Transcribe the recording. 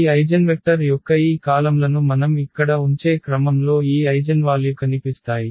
ఈ ఐగెన్వెక్టర్ యొక్క ఈ కాలమ్లను మనం ఇక్కడ ఉంచే క్రమంలో ఈ ఐగెన్వాల్యు కనిపిస్తాయి